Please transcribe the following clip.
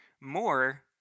more